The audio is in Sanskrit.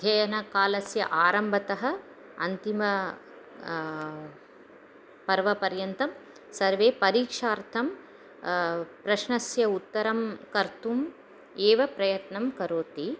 अध्ययनकालस्य आरम्भतः अन्तिमपर्वपर्यन्तं सर्वे परीक्षार्थं प्रश्नस्य उत्तरं कर्तुम् एव प्रयत्नं करोति